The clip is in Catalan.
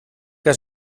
que